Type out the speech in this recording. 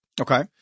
Okay